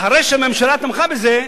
אחרי שהממשלה תמכה בזה,